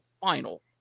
final